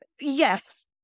Yes